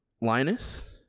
Linus